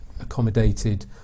accommodated